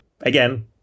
Again